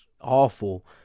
awful